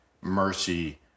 mercy